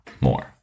more